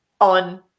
on